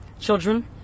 Children